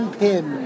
pin